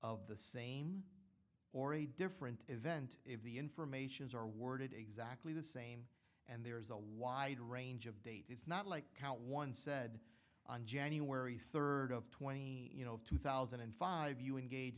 of the same or a different event if the informations are worded exactly the same and there's a wide range of date it's not like count one said on january third of twenty you know if two thousand and five you engage